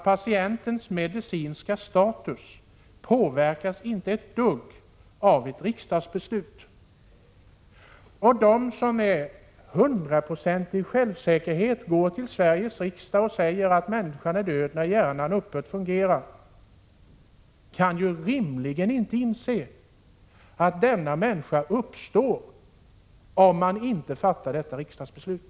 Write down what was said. Patientens medicinska status påverkas ju inte ett dugg av ett riksdagsbeslut. De som med hundraprocentig självsäkerhet går till Sveriges riksdag och säger att människan är död när hjärnan upphört att fungera, kan ju rimligen inte anse att denna människa uppstår om man inte fattar detta riksdagsbeslut.